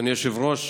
אדוני היושב-ראש,